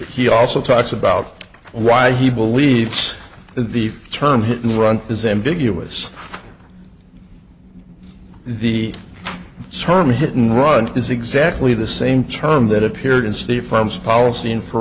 he also talks about why he believes the term hit and run is ambiguous the storm hit and run is exactly the same term that appeared in city farms policy in for